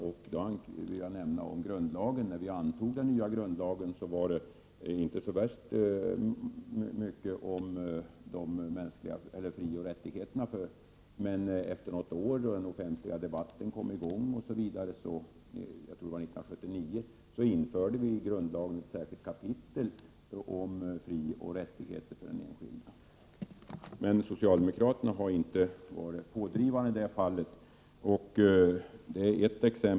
I det första förslaget till ny grundlag fanns det inte så värst mycket om de mänskliga frioch rättigheterna, men efter något år då den offentliga debatten kom i gång — jag tror det var 1979 — införde vi i grundlagen ett särskilt kapitel om frioch rättigheter för den enskilde. Men socialdemokraterna har inte varit pådrivande i det fallet.